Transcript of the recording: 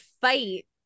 fight